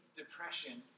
depression